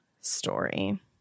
story